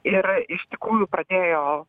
ir iš tikrųjų pradėjo